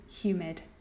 humid